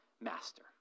master